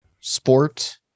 sport